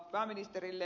pääministerille